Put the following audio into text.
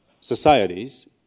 societies